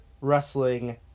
Wrestling